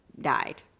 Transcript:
died